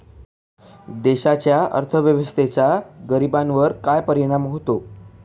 देशाच्या अर्थव्यवस्थेचा गरीबांवर काय परिणाम होतो